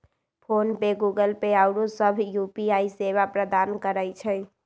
PhonePe, Google Pay आउरो सभ UPI सेवा प्रदान करै छै